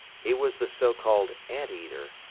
he was the so-called ant-eater,